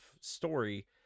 story